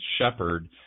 shepherd